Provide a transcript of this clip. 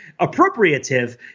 appropriative